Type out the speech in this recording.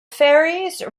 ferries